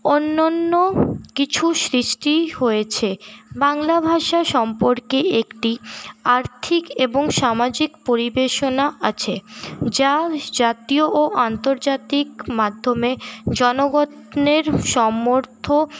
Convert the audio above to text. অন্যন্য কিছু সৃষ্টি হয়েছে বাংলা ভাষা সম্পর্কে একটি আর্থিক এবং সামাজিক পরিবেশনা আছে যা জাতীয় ও আন্তর্জাতিক মাধ্যমে জনগনের সমর্থ